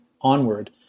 onward